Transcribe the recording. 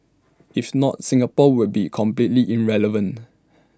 if not Singapore would be completely irrelevant